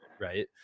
right